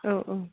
औ औ